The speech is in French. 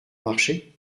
marché